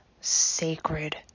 sacred